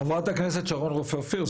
חברת הכנסת רופא אופיר,